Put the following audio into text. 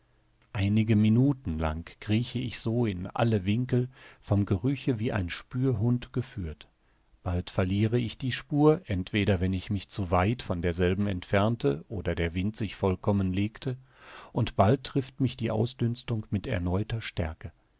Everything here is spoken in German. einige minuten lang krieche ich so in alle winkel vom geruche wie ein spürhund geführt bald verliere ich die spur entweder wenn ich mich zu weit von derselben entfernte oder der wind sich vollkommen legte und bald trifft mich die ausdünstung mit erneuter stärke